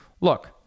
look